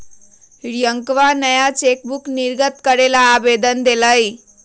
रियंकवा नया चेकबुक निर्गत करे ला आवेदन देलय